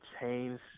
change